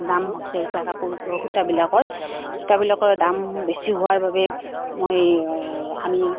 দাম হৈছে এতিয়া কাপোৰ সূতাবিলাকৰ সূতাবিলাকৰ দাম বেছি হোৱাৰ বাবে মই আমি